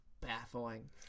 baffling